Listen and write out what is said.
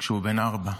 כשהוא בן ארבע.